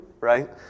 Right